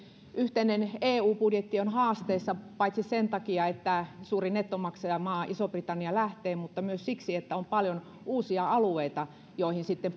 yhteinen eu budjetti on haasteissa paitsi sen takia että suuri nettomaksajamaa iso britannia lähtee mutta myös siksi että on paljon uusia alueita joihin sitten